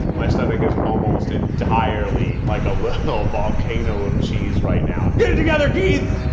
my stomach is almost entirely like a little volcano of cheese right now. get it together, keith!